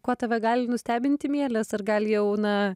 kuo tave gali nustebinti mielės ar gal jau na